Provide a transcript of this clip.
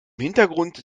hintergrund